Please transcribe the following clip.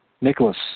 Nicholas